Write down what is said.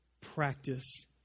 practice